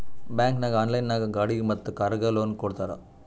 bank ನಾಗ್ online ನಾಗ್ ಗಾಡಿಗ್ ಮತ್ ಕಾರ್ಗ್ ಲೋನ್ ಕೊಡ್ತಾರ್